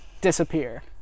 disappear